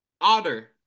otter